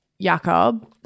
Jakob